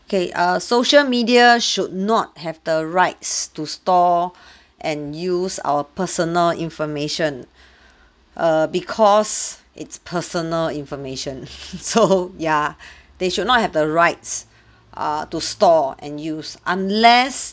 okay err social media should not have the rights to store and use our personal information err because it's personal information so ya they should not have the rights uh to store and use unless